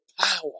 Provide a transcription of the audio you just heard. power